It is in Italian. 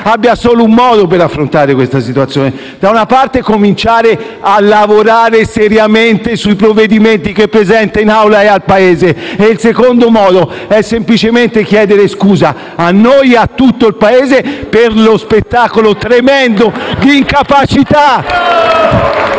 abbia solo un modo per affrontare la situazione: da una parte cominciare a lavorare seriamente sui provvedimenti che presenta in Aula e al Paese, e dall'altra semplicemente chiedere scusa a noi e a tutto il Paese per lo spettacolo tremendo di incapacità